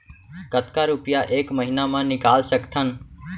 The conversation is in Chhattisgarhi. कतका रुपिया एक महीना म निकाल सकथन?